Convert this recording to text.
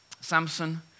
Samson